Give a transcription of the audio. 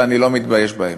ואני לא מתבייש בהם.